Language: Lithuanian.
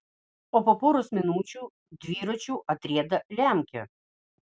o po poros minučių dviračiu atrieda lemkė